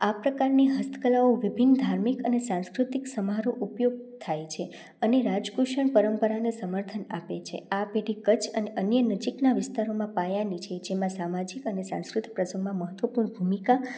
આ પ્રકારની હસ્તકલાઓ વિભિન્ન ધાર્મિક અને સાંસ્કૃતિક સમારોહ ઉપયોગ થાય છે અને રાજકુશળ પરંપરાને સમર્થન આપે છે આ પેઢી કચ્છ અને અન્ય નજીકના વિસ્તારોમાં પાયાની છે જેમાં સામાજિક અને સાંસ્કૃતિક પ્રસંગમાં મહત્વપૂર્ણ ભૂમિકા